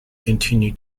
continue